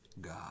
God